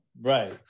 Right